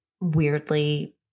weirdly